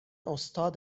استاد